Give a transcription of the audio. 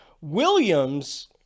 williams